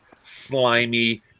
slimy